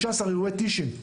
15 אירועי טישים.